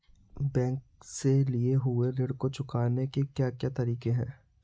Bank से लिए हुए ऋण को चुकाने के क्या क्या तरीके हैं?